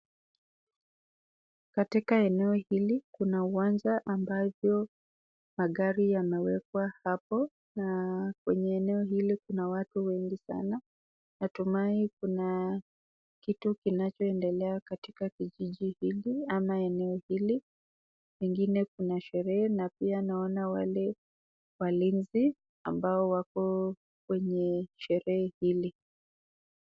Katika eneo hili kuna uwanja ambao magari yamewekwa hapo na kwenye eneo hili kuna watu wengi sana. Natumai kuna kitu kinachoendelea katika kijiji hili ama eneo hili, pengine kuna sherehe na pia naona wale walinzi ambao wako kwenye sherehe hili.